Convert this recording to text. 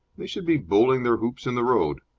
they should be bowling their hoops in the road.